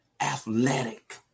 athletic